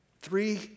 three